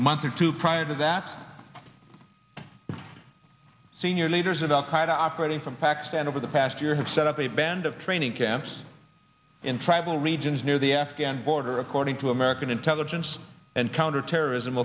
months or two prior to that senior leaders of al qaeda operating from pakistan over the past year have set up a band of training camps in tribal regions near the afghan border according to american intelligence and counterterrorism